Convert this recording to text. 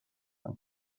und